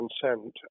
consent